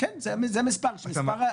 כמו שאמר הרב קריב,